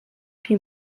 più